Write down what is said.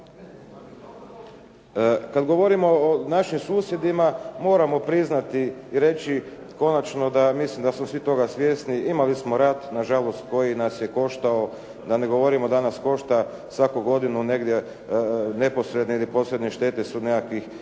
Kad govorimo o našim susjedima, moramo priznati i reći konačno da, mislim da smo svi toga svjesni. Imali smo rat na žalost koji nas je koštao, da ne govorimo da nas pošta svaku godinu negdje neposredne ili posredne štete su nekakvih